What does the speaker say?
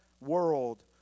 world